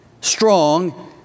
strong